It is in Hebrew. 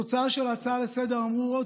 התוצאה של ההצעה לסדר-היום: אמרו שבעוד